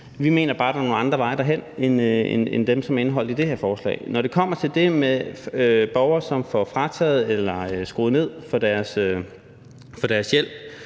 Vi mener bare, at der er nogle andre veje derhen end dem, som er indeholdt i det her forslag. Når det kommer til det med borgere, som får frataget deres hjælp eller skruet ned for den,